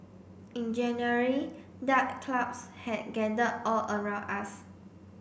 in January dark clouds had gathered all around us